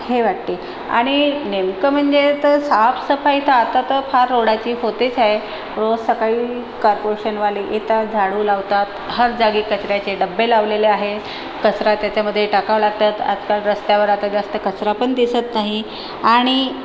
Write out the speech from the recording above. हे वाटते आणि नेमकं म्हणजे तर साफसफाईचा आता तर फार रोडची होतेच आहे रोज सकाळी कार्पोरेशनवाले येतात झाडू लावतात हर जागी कचऱ्याचे डबे लावलेले आहेत कचरा त्याच्यामध्ये टाकावं लागतात आजकाल रस्त्यावर आता जास्त कचरा पण दिसत नाही आणि